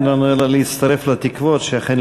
אין לנו אלא להצטרף לתקוות שאכן,